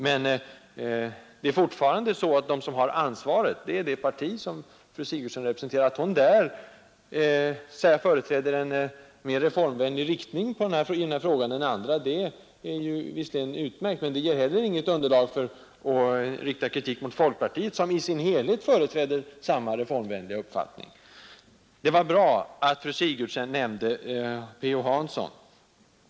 Ansvaret härför har det parti som fru Sigurdsen representerar, och att fru Sigurdsen företräder en mera reformvänlig riktning än majoriteten i denna fråga är visserligen utmärkt, men inte heller det ger något underlag för att rikta kritik mot folkpartiet, som i sin helhet företräder samma reformvänliga uppfattning. Det var utmärkt att fru Sigurdsen nämnde borgarrådet Per-Olof Hanson.